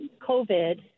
covid